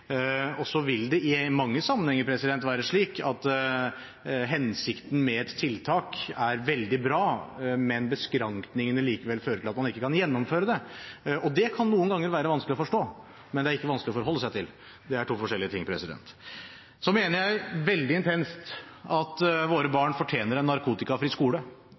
Og så vil det i mange sammenhenger være slik at hensikten med et tiltak er veldig bra, men beskrankningene likevel fører til at man ikke kan gjennomføre det. Det kan noen ganger være vanskelig å forstå, men det er ikke vanskelig å forholde seg til – det er to forskjellige ting. Så mener jeg veldig intenst at våre barn fortjener en narkotikafri skole,